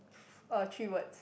F~ uh three words